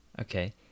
Okay